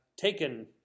taken